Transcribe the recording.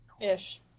Ish